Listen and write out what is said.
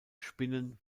spinnen